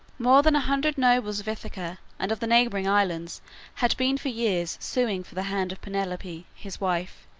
more than a hundred nobles of ithaca and of the neighboring islands had been for years suing for the hand of penelope, his wife,